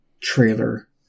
trailer